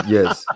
Yes